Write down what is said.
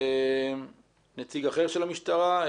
נציג אחר של המשטרה?